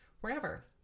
wherever